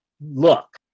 look